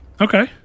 okay